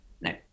No